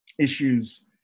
issues